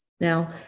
Now